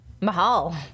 Mahal